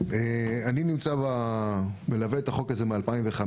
אני מלווה את החוק הזה מ-2015.